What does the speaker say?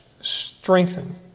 strengthen